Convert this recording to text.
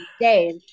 days